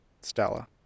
Stella